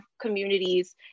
communities